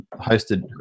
hosted